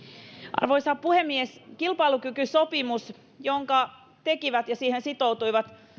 arvoisa puhemies kilpailukykysopimus jonka tekivät ja johon sitoutuivat